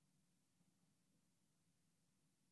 אנחנו